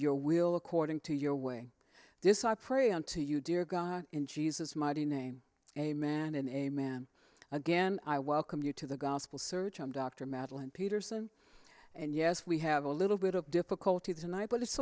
your will according to your way this i pray unto you dear god in jesus mighty name a man and a man again i welcome you to the gospel search on dr madeline peterson and yes we have a little bit of difficulty tonight but it's